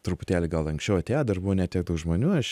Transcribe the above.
truputėlį gal anksčiau atėjo dar buvo ne tiek daug žmonių aš